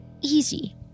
Easy